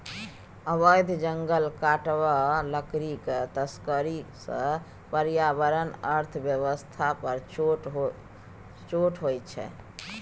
अबैध जंगल काटब आ लकड़ीक तस्करी सँ पर्यावरण अर्थ बेबस्था पर चोट होइ छै